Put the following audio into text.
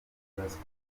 byubatswe